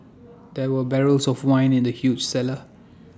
there were barrels of wine in the huge cellar